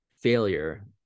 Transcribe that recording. failure